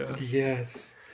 Yes